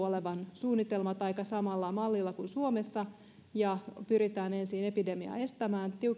olevan suunnitelmat aika samalla mallilla kuin suomessa pyritään ensin epidemia estämään